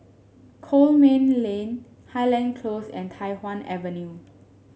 Coleman Lane Highland Close and Tai Hwan Avenue